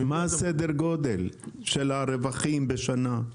מה סדר הגודל של הרווחים בשנה?